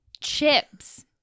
chips